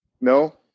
No